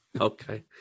Okay